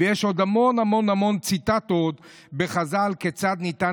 ויש עוד המון המון המון ציטטות בחז"ל כיצד ניתן